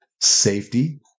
Safety